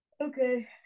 Okay